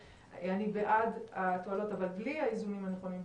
בעד התועלות אבל בלי האיזונים הנכונים,